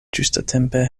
ĝustatempe